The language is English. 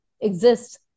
exists